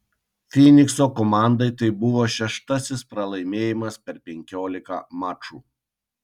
fynikso komandai tai buvo šeštasis pralaimėjimas per penkiolika mačų